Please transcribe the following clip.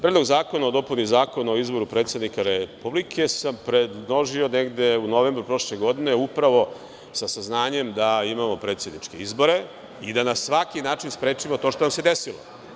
Predlog zakona o dopuni Zakona o izboru predsednika Republike sam predložio negde u novembru prošle godine, upravo sa saznanjem da imamo predsedničke izbore i da na svaki način sprečimo to što nam se desilo.